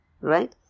Right